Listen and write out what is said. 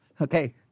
Okay